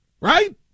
Right